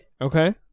Okay